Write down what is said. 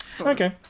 Okay